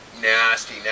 nasty